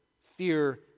fear